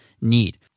need